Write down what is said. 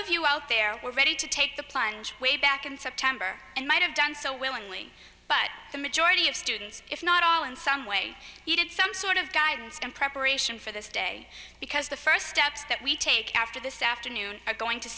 of you out there were ready to take the plunge way back in september and might have done so willingly but the majority of students if not all in some way he did some sort of guidance and preparation for this day because the first steps that we take after this afternoon are going to